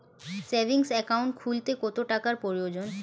Savings account খুলতে কত টাকার প্রয়োজন?